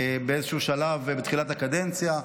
באיזשהו שלב בתחילת הקדנציה.